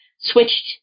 switched